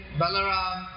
balaram